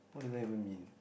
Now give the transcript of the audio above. what does that even mean